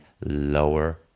lower